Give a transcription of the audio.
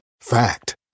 Fact